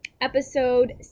Episode